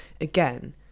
Again